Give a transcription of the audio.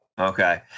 Okay